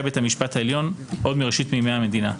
את בית המשפט העליון עוד מראשית ימי המדינה.